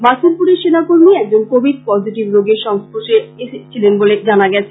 মাসিমপুরের সেনা কর্মী একজন কোবিড পজিটিভ রোগীর সংর্স্পশে এসেছিলেন বলে জানা গেছে